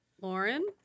Lauren